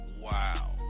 Wow